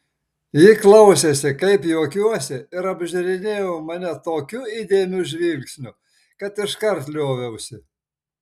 ji klausėsi kaip juokiuosi ir apžiūrinėjo mane tokiu įdėmiu žvilgsniu kad iškart lioviausi